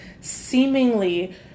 seemingly